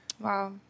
Wow